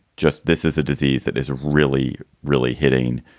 just this is a disease that is really, really hitting